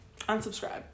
unsubscribe